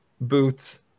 boots